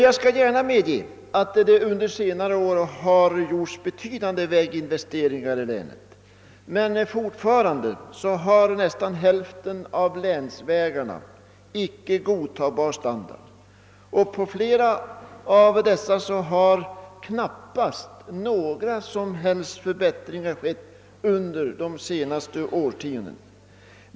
Jag skall gärna medge att det under senare år har gjorts betydande väginvesteringar i länet, men fortfarande har nästan hälften av länsvägarna icke godtagbar standard. På flera av dessa har knappast några som helst förbättringar gjorts under de senaste årtiondena.